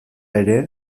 ere